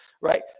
right